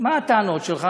מה הטענות שלך,